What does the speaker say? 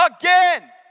again